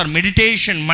Meditation